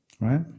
Right